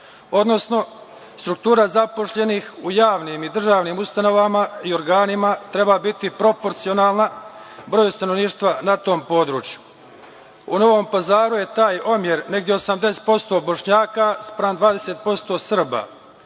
odnosno, struktura zaposlenih u javnim i državnim ustanovama i organima treba biti proporcionalna broju stanovništva na tom području. U Novom Pazaru je taj omjer negde 80% Bošnjaka spram 20% Srba,